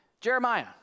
Jeremiah